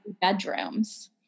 bedrooms